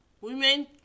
women